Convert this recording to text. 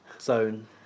Zone